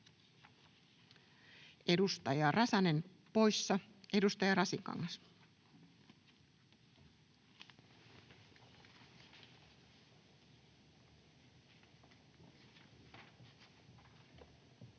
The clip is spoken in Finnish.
Edustaja Räsänen poissa, edustaja Keskisarja poissa.